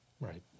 Right